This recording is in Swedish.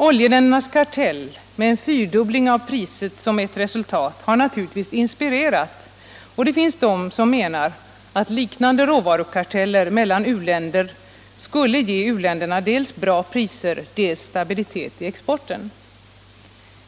Oljeländernas kartell, med en fyrdubbling av oljepriset som ett resultat, har naturligtvis inspirerat, och det finns de som menar att liknande råvarukarteller mellan u-länder skulle ge dem dels bra priser, dels stabilitet i exporten.